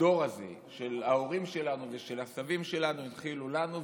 שהדור הזה של ההורים שלנו ושל הסבים שלנו הנחיל לנו,